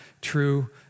true